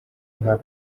nka